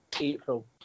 April